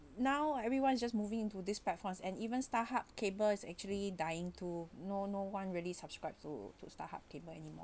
now everyone is just moving into these platforms and even starhub cable is actually dying to no no one really subscribes to to starhub cable anymore